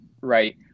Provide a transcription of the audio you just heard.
right